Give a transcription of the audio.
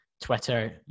Twitter